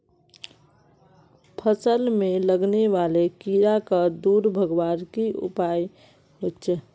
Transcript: फसल में लगने वाले कीड़ा क दूर भगवार की की उपाय होचे?